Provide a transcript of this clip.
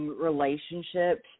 relationships